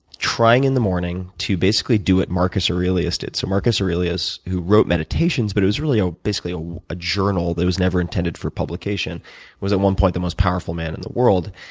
trying, in the morning, to basically do what marcus aurelius did. so marcus aurelius who wrote meditations but it was really ah basically ah a journal that was never intended for publication was, at one point, the most powerful man in the world.